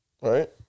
right